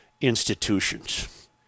institutions